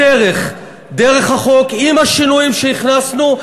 הדרך, דרך החוק, עם השינויים שהכנסנו.